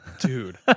dude